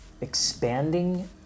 expanding